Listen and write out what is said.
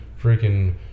freaking